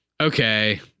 okay